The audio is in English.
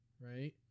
right